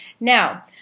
Now